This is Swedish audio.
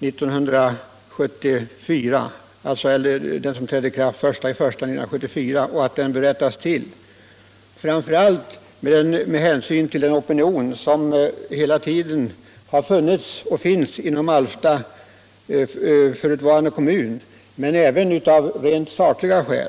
i kraft den 1 januari 1974 gjordes på ett felaktigt sätt och att den bör rättas till — framför allt med hänsyn till den opinion som hela tiden har funnits och finns inom förutvarande Alfta kommun men även av en rad andra skäl.